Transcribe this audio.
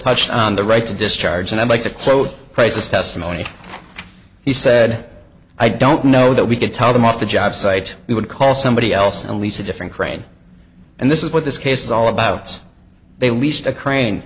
touched on the right to discharge and i'd like to quote praises testimony he said i don't know that we could tell them off the job site we would call somebody else and lease a different crane and this is what this case is all about they leased a crane